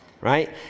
right